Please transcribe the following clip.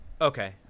Okay